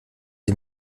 sie